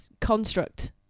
construct